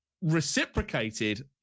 reciprocated